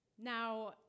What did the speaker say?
Now